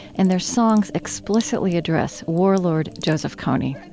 and their songs explicitly address warlord joseph kony